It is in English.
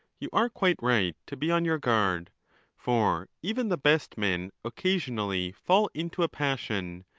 you are quite right to be on your guard for even the best men occasionally fall into a passion,